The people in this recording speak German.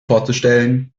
vorzustellen